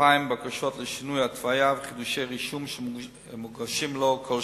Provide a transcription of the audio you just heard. בכ-2,000 בקשות לשינוי התוויה וחידושי רישום שמוגשים לו כל שנה.